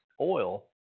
oil